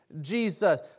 Jesus